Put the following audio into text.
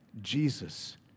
Jesus